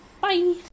Bye